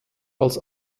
als